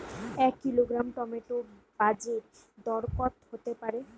এক kilogram tomato বাজের দরকত হতে পারে?